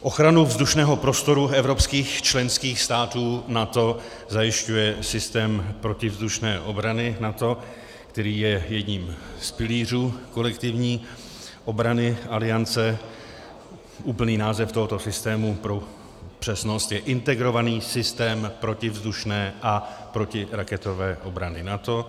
Ochranu vzdušného prostoru evropských členských států NATO zajišťuje systém protivzdušné obrany NATO, který je jedním z pilířů kolektivní obrany Aliance, úplný název tohoto systému pro přesnost je Integrovaný systém protivzdušné a protiraketové obrany NATO.